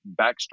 backstory